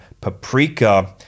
Paprika